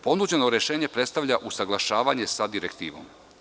Ponuđeno rešenje predstavlja usaglašavanje sa direktivom.